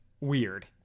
weird